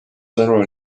sõnul